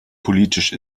politisch